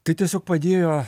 tai tiesiog padėjo